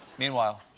meanwhile,